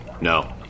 No